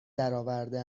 درآورده